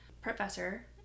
professor